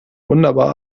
wunderbar